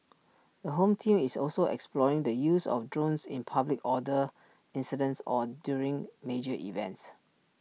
the home team is also exploring the use of drones in public order incidents or during major events